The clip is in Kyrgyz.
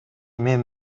мен